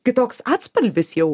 kitoks atspalvis jau